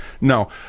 No